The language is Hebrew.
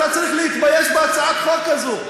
אתה צריך להתבייש בהצעת החוק הזאת.